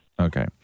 Okay